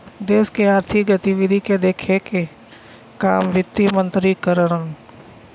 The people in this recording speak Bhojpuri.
देश के आर्थिक गतिविधि के देखे क काम वित्त मंत्री करलन